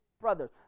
brothers